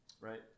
right